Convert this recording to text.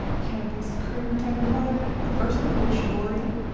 campus crew type of vibe. the first one we did shibori.